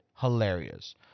hilarious